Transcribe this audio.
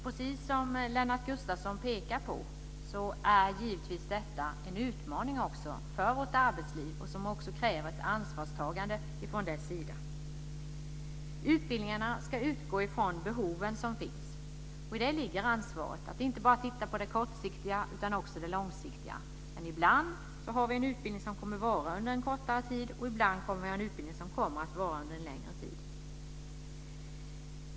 Precis som Lennart Gustavsson pekar på är givetvis detta en utmaning för vårt arbetsliv som också kräver ett ansvarstagande från dess sida. Utbildningarna ska utgå från de behov som finns. I det ligger ansvaret att inte bara titta på det kortsiktiga utan också på det långsiktiga. Men ibland har vi en utbildning som kommer att vara under en kortare tid, och ibland har vi en utbildning som kommer att vara under en längre tid.